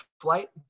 flight